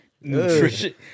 Nutrition